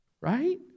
right